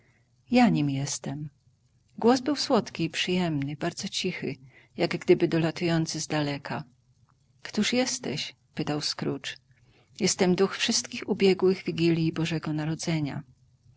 ja nim jestem głos był słodki i przyjemny bardzo cichy jak gdyby dolatujący z daleka któż jesteś pytał scrooge jestem duch wszystkich ubiegłych wigilji bożego narodzenia